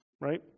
right